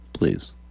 Please